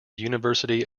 university